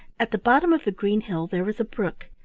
at the bottom of the green hill there was a brook,